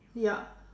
ya